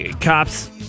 cops